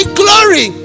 glory